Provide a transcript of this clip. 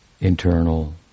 internal